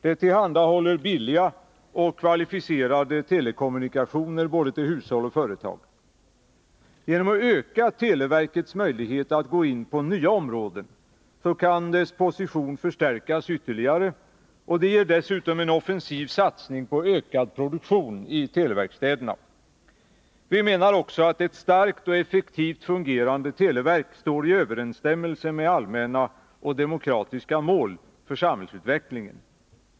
Det tillhandahåller billiga och kvalificerade telekommunikationer både till hushåll och till företag. Genom att öka televerkets möjligheter att gå in på nya områden kan dess position förstärkas ytterligare, och det ger dessutom en offensiv satsning på ökad produktion i televerkstäderna. Vi menar också att ett starkt och effektivt fungerande televerk står i Nr 55 överensstämmelse med allmänna och demokratiska mål för samhällsutvecklingen.